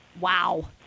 Wow